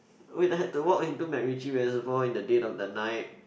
had to walk into MacRitchie reservoir in the dead of the night